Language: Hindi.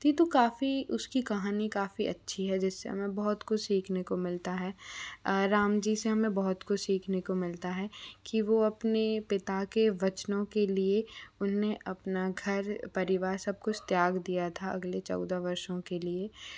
थी तो काफ़ी उसकी कहानी काफ़ी अच्छी है जिससे हमें बहुत कुछ सीखने को मिलता है राम जी से हमें बहुत कुछ सीखने को मिलता है कि वो अपने पिता के वचनों के लिए उनने अपना घर परिवार सब कुछ त्याग दिया था अगले चौदह वर्षों के लिए